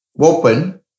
open